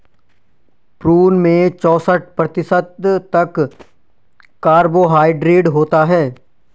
prune में चौसठ प्रतिशत तक कार्बोहायड्रेट होता है